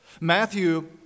Matthew